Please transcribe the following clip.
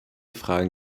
fragen